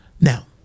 Now